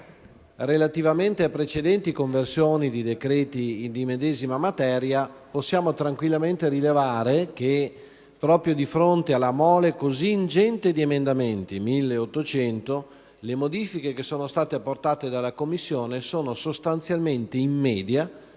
relativamente a precedenti conversioni di decreti di medesima materia, possiamo tranquillamente rilevare che, proprio di fronte alla mole così ingente di emendamenti (1.800), le modifiche apportate dalla Commissione sono sostanzialmente in media